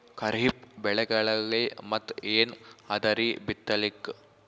ಖರೀಫ್ ಬೆಳೆಗಳಲ್ಲಿ ಮತ್ ಏನ್ ಅದರೀ ಬಿತ್ತಲಿಕ್?